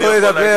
אני יכול להגיד,